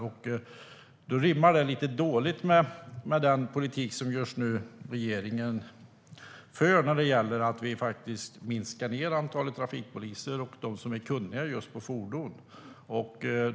Det rimmar lite dåligt med den politik som regeringen just nu för, att antalet trafikpoliser och de som är kunniga just på fordon minskas.